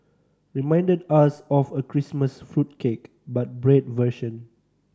reminded us of a Christmas fruit cake but bread version